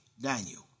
Daniel